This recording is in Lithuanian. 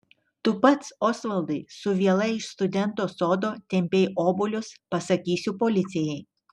tu pats osvaldai su viela iš studento sodo tempei obuolius pasakysiu policijai